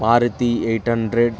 Maruti eight hundred